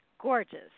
gorgeous